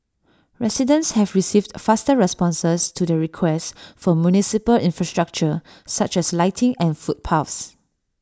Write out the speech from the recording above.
residents have received faster responses to their requests for municipal infrastructure such as lighting and footpaths